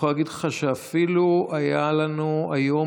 אני יכול להגיד לך שאפילו היה לנו היום